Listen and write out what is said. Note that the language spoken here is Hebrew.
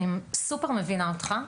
אני סופר מבינה אותך,